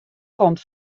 komt